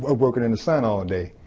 ah working in the sun all ah day